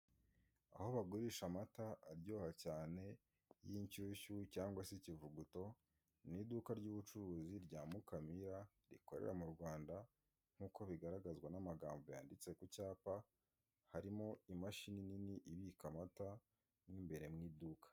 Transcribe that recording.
Aho bagurisha amata aryoha cyane y'inshyushyu cyangwa se ikivuguto, ni iduka ry'ubucuruzi rya Mukamira rikorera mu Rwanda nkuko bigaragazwa n'amagambo yanditse ku cyapa harimo imashini nini ibika amata mimbere mw'iduka.